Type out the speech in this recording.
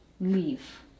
leave